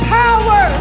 power